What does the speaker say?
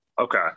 Okay